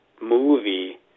movie